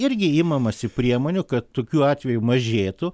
irgi imamasi priemonių kad tokių atvejų mažėtų